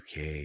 uk